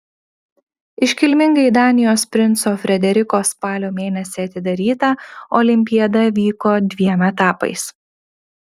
iškilmingai danijos princo frederiko spalio mėnesį atidaryta olimpiada vyko dviem etapais